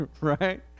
right